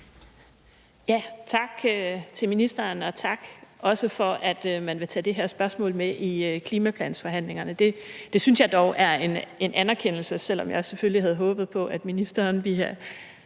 Tak til ministeren, og også tak for, at man vil tage det her spørgsmål med i klimaplansforhandlingerne. Det synes jeg dog er en anerkendelse, selv om jeg selvfølgelig havde håbet på, at ministeren ville have